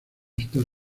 está